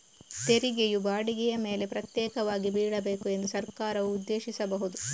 ತೆರಿಗೆಯು ಬಾಡಿಗೆಯ ಮೇಲೆ ಪ್ರತ್ಯೇಕವಾಗಿ ಬೀಳಬೇಕು ಎಂದು ಸರ್ಕಾರವು ಉದ್ದೇಶಿಸಬಹುದು